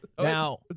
Now